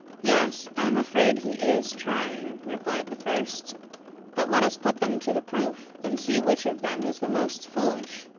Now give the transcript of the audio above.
yes, i am afraid he is trying replied the first but let us put them to the proof, and see which of them is the most foolish